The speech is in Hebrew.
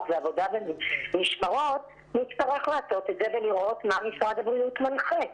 ועבודה במשמרות נצטרך לעשות את זה ולראות מה המשרד מנחה.